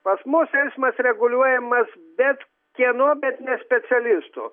pas mus eismas reguliuojamas bet kieno bet ne specialistų